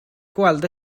gweld